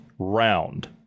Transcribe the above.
round